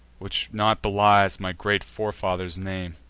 which not belies my great forefather's name!